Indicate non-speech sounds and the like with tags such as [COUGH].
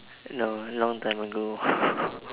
no long time ago [LAUGHS]